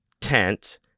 tent